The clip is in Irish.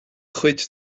chuid